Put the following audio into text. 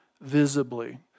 visibly